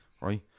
right